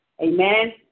amen